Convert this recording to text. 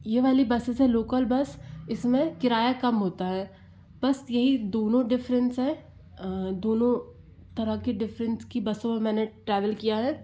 ये वाली बसे से लोकल बस इसमें किराया कम होता है बस यही दोनों डिफरेंस है दोनों तरह के डिफरेंट की बसें मैंने ट्रैवल किया है